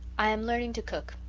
i am learning to cook.